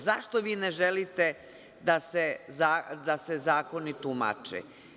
Zašto vi ne želite da se zakoni tumače?